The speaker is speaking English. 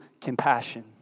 compassion